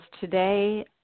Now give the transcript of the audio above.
today